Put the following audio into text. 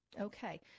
Okay